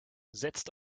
setzt